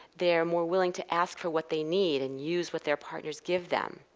they are more willing to ask for what they need and use what their partners give them.